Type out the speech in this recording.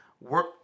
work